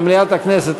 למליאת הכנסת,